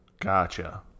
gotcha